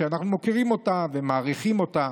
שאנחנו מוקירים אותה ומעריכים אותה.